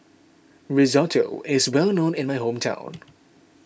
Risotto is well known in my hometown